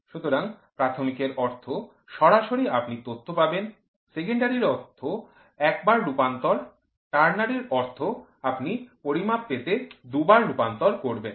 সুতরাং প্রাথমিকের অর্থ সরাসরি আপনি তথ্য পাবেন সেকেন্ডারি র অর্থ এক বার রূপান্তর টার্নারি র অর্থ আপনি পরিমাপ পেতে দু'বার রূপান্তর করবেন